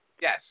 Yes